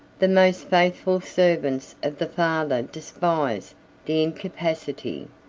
the most faithful servants of the father despised the incapacity,